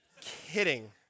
Kidding